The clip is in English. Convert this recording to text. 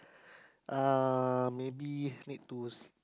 uh maybe need to